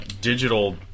digital